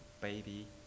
baby